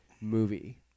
movie